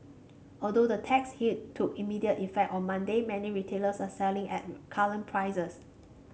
although the tax hike took immediate effect on Monday many retailers are selling at current prices